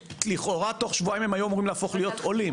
לכאורה תוך שבועיים היו אמורים להפוך להיות עולים.